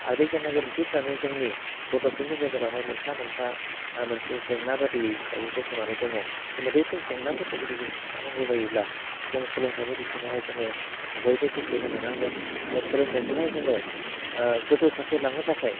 आरो बे गेना गोरोन्थिफ्रानो जोंनि गथ'फोरनि गेजेरावहाय मोनफा मोनफा मोनसे जेंना बादियै दायो गसंनानै दङ दिनै बैफोर जेंनाफोरखौ जुदि सुस्रांनांगौ जायोब्ला जों सोलोंथाइनि बिथिङावहाय जोङो बयबो गोसो होनो नांगोन आरो सोलोंथाइखौहाय जोङो गोजौ फारसे लांनो थाखाय